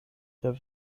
der